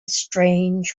strange